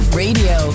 radio